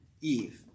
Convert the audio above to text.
Eve